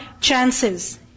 chances